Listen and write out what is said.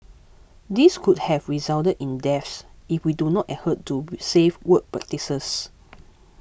these could have resulted in deaths if we do not adhere to safe work practices